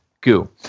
goo